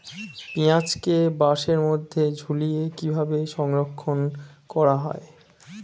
পেঁয়াজকে বাসের মধ্যে ঝুলিয়ে কিভাবে সংরক্ষণ করা হয়?